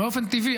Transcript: באופן טבעי,